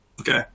Okay